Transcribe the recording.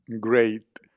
great